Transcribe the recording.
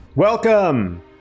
Welcome